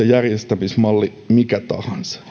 järjestämismalli mikä tahansa